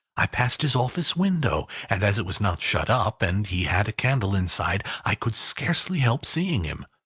i passed his office window and as it was not shut up, and he had a candle inside, i could scarcely help seeing him.